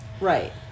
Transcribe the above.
Right